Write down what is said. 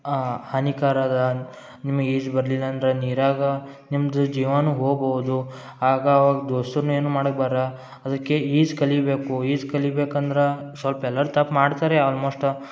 ಹಾನಿಕಾರ ಅದು ನಿಮ್ಗೆ ಈಜು ಬರ್ಲಿಲ್ಲಂದ್ರೆ ನೀರಾಗ ನಿಮ್ಮದು ಜೀವಾನು ಹೋಗಬೌದು ಆಗ ಆವಾಗ ದೋಸ್ತುನು ಏನು ಮಾಡಕ್ಕೆ ಬರ ಅದಕ್ಕೆ ಈಜು ಕಲಿಬೇಕು ಈಜು ಕಲಿಬೇಕಂದ್ರಾ ಸೊಲ್ಪ ಎಲ್ಲಾರು ತಪ್ಪು ಮಾಡ್ತಾರೆ ಆಲ್ಮೋಸ್ಟ್